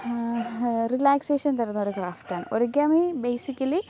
relaxation തരുന്നൊരു ക്രാഫ്റ്റാണ് origami basically